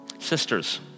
sisters